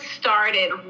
started